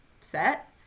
set